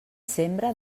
sembra